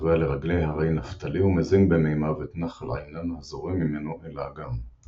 הנובע לרגלי הרי נפתלי ומזין במימיו את נחל עינן הזורם ממנו אל האגם.